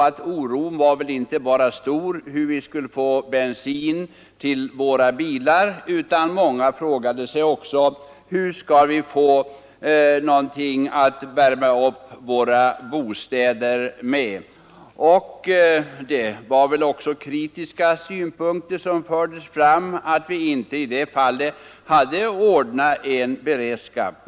Oron var stor inte bara för hur vi skulle få bensin till våra bilar, utan många frågade sig också: Hur skall vi få någonting att värma upp våra bostäder med? Det framfördes väl också kritik mot att vi inte i det fallet hade ordnat en beredskap.